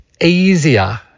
easier